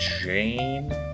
Jane